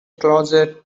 closet